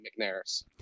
McNair's